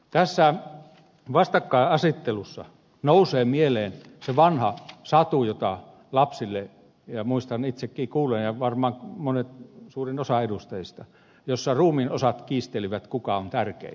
tässä vastakkainasettelussa nousee mieleen se vanha satu jota lapsille kerrottiin ja muistan itsekin kuulleeni ja varmaan suurin osa edustajista jossa ruumiinosat kiistelivät kuka on tärkein